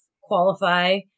qualify